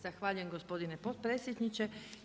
zahvaljujem gospodine potpredsjedniče.